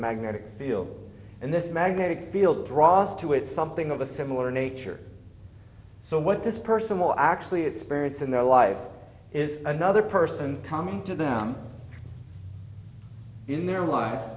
magnetic field and this magnetic field draws to it something of a similar nature so what this person will actually experience in their life is another person coming to them in their lives